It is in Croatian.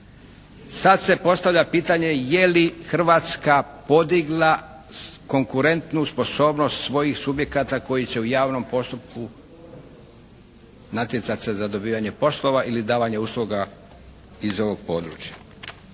Sad se postavlja pitanje je li Hrvatska podigla konkurentu sposobnost svojih subjekata koji će u javnom postupku natjecati se za dobivanje poslova ili davanje usluga iz ovog područja.